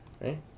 Right